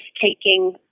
taking